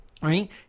right